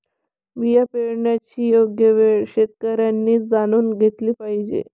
बिया पेरण्याची योग्य वेळ शेतकऱ्यांनी जाणून घेतली पाहिजे